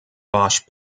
bosch